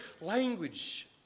language